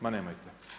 Ma nemojte.